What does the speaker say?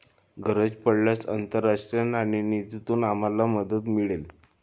गरज पडल्यास आंतरराष्ट्रीय नाणेनिधीतून आम्हाला मदत मिळेल